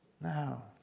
now